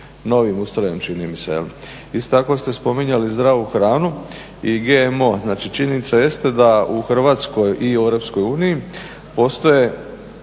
novim ustrojem čini mi se. Isto tako ste spominjali zdravu hranu i GMO. Znači, činjenica jeste da u Hrvatskoj i u Europskoj uniji postoje